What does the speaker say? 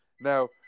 Now